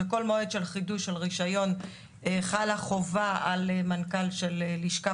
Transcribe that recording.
בכל מועד של חידוש של רישיון חלה חובה על מנכ"ל של לשכה